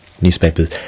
newspapers